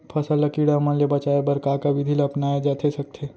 फसल ल कीड़ा मन ले बचाये बर का का विधि ल अपनाये जाथे सकथे?